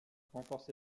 renforcé